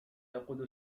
يقود